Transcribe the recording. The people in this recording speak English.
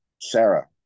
Sarah